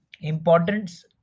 Importance